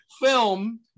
film